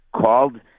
called